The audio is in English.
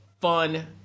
fun